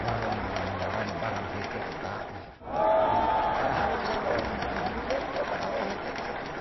Lamo nana muwaran barang hoe te'e tam, to? Padahal remesa lom hidup leniyo padahal ohete tam,